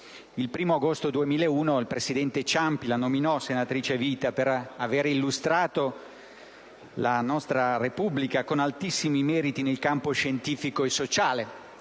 Il 1° agosto del 2001 il presidente Ciampi la nominò senatrice a vita per aver illustrato la nostra Repubblica con altissimi meriti nel campo scientifico e sociale,